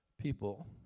people